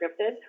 scripted